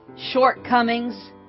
shortcomings